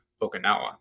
Okinawa